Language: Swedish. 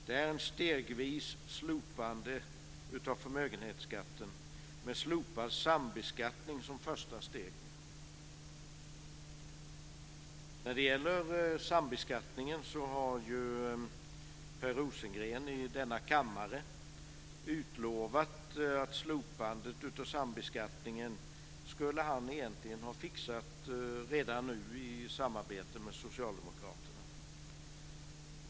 Det är ett stegvis slopande av förmögenhetsskatten med slopad sambeskattning som första steg. När det gäller sambeskattningen har Per Rosengren i denna kammare utlovat han redan nu skulle ha fixat slopandet av sambeskattningen i samarbete med Socialdemokraterna.